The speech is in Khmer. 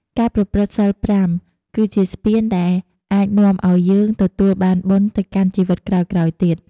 ការប្រព្រឹត្តសីលប្រាំ គឺជាស្ពានដែលអាចនាំឲ្យយើងទទួលបានបុណ្យទៅកាន់ជីវិតក្រោយៗទៀត។